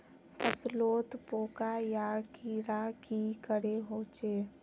फसलोत पोका या कीड़ा की करे होचे?